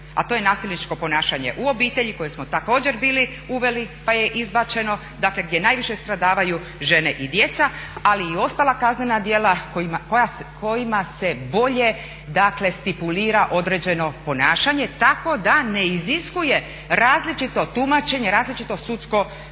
a to je nasilničko ponašanje u obitelji koje smo također bili uveli, pa je izbačeno. Dakle, gdje najviše stradavaju žene i djeca, ali i ostala kaznena djela kojima se bolje, dakle stipulira određeno ponašanje tako da ne iziskuje različito tumačenje, različito sudsko tumačenje